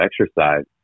exercise